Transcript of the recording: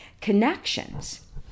connections